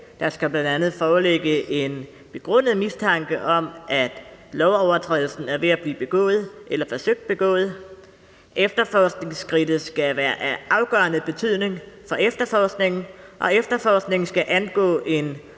Der skal bl.a. foreligge en begrundet mistanke om, at lovovertrædelsen er ved at blive begået eller blive forsøgt begået, det skridt i efterforskningen skal være af afgørende betydning for efterforskningen, og efterforskningen skal angå en